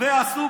תוניסאי,